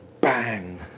bang